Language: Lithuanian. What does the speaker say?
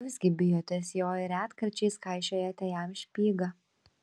jūs gi bijotės jo ir retkarčiais kaišiojate jam špygą